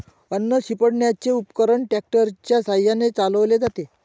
अन्न शिंपडण्याचे उपकरण ट्रॅक्टर च्या साहाय्याने चालवले जाते